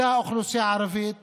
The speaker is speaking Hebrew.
אותה אוכלוסייה ערבית